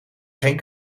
geen